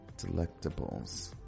delectables